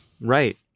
Right